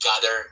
gather